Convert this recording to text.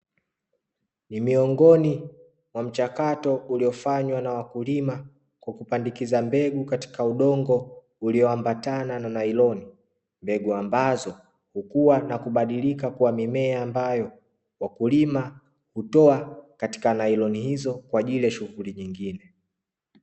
Ni miongoni mwa mchakato uliofanywa na wakulima kwa kupandikiza mbegu katika udongo ulioambatana na nailoni. Mbegu ambazo hukua na kubadilika kuwa mimea ambayo wakulima hutoa katika nailoni hizo kwa ajili ya shughuli nyingine.